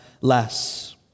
less